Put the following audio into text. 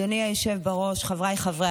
אדוני היושב בראש, חבריי חברי